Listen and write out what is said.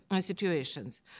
situations